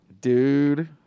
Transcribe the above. Dude